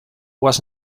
was